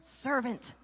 servant